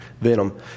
Venom